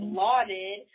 lauded